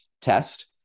test